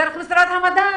דרך משרד המדע,